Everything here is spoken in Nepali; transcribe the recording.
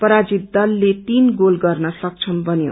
पराजित दलले तीन गोल गर्न सक्षम बन्यो